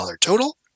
total